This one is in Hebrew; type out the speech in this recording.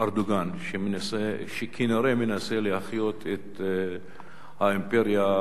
שכנראה מנסה להחיות את האימפריה העות'מאנית.